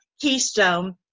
keystone